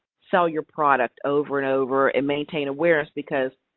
sell your product over and over, and maintain awareness because,